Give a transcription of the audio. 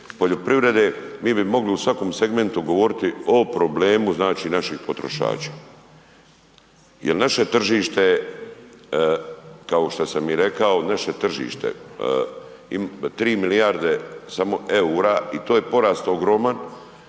poljoprivrede mi bi mogli u svakom segmentu govoriti o problemu znači naših potrošača. Jer naše tržište, kao šta sam i rekao, naše tržište 3 milijarde samo EUR-a, i to je porast ogroman,